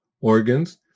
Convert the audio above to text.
organs